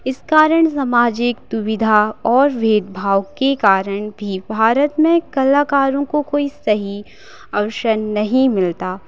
इस कारण सामाजिक दुविधा और भेद भाव के कारण भी भारत में कलाकारों को कोई सही अवसर नहीं मिलता